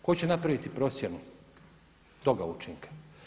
Tko će napraviti procjenu toga učinka?